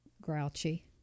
Grouchy